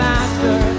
Master